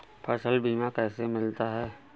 फसल बीमा कैसे मिलता है?